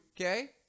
okay